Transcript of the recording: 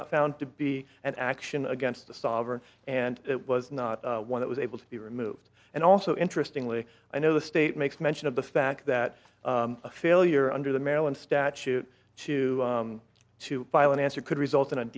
not found to be an action against the sovereign and it was not one that was able to be removed and also interestingly i know the state makes mention of the fact that a failure under the maryland statute to to file an answer could result in a